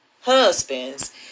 husbands